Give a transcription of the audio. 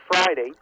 Friday